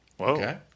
Okay